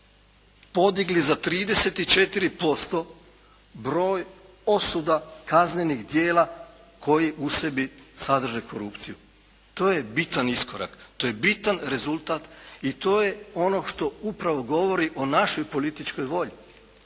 podigli za 34% broj osuda kaznenih djela koji u sebi sadrže korupciju. To je bitan iskorak, to je bitan rezultat i to je ono što upravo govori o našoj političkoj volji.